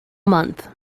month